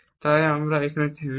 তাই এখানেই থেমে যাবে